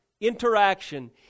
interaction